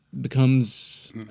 becomes